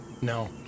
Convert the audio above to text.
No